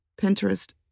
Pinterest